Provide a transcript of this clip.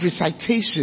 recitation